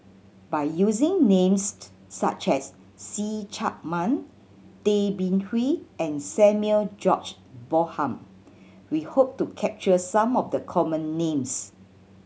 by using names such as See Chak Mun Tay Bin Wee and Samuel George Bonham we hope to capture some of the common names